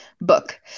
book